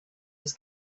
was